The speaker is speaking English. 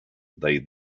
they